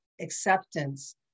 acceptance